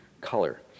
color